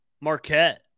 Marquette